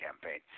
campaign